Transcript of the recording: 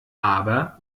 aber